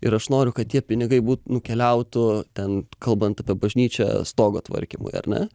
ir aš noriu kad tie pinigai nukeliautų ten kalbant apie bažnyčią stogo tvarkymui ar ne